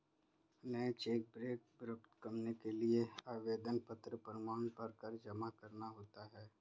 नया cheque book प्राप्त करने के लिए आवेदन पत्र पूर्णतया भरकर जमा करना होता है